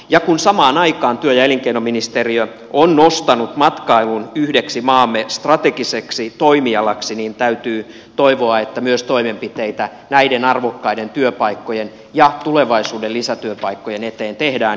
ja kun samaan aikaan työ ja elinkeinoministeriö on nostanut matkailun yhdeksi maamme strategiseksi toimialaksi niin täytyy toivoa että myös toimenpiteitä näiden arvokkaiden työpaikkojen ja tulevaisuuden lisätyöpaikkojen eteen tehdään